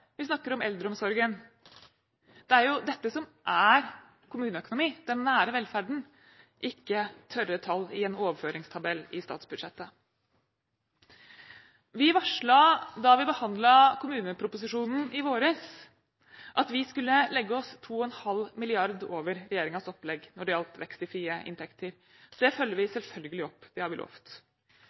vi snakker om eldreomsorgen. Det er dette som er kommuneøkonomi, den nære velferden – ikke tørre tall i en overføringstabell i statsbudsjettet. Vi varslet da vi behandlet kommuneproposisjonen i våres, at vi skulle legge oss 2,5 mrd. kr over regjeringens opplegg når det gjaldt vekst i frie inntekter. Det følger vi selvfølgelig opp – det har vi